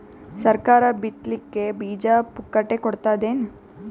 ಸರಕಾರ ಬಿತ್ ಲಿಕ್ಕೆ ಬೀಜ ಪುಕ್ಕಟೆ ಕೊಡತದೇನು?